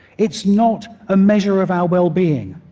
it's not a measure of our well-being.